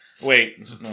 Wait